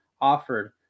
offered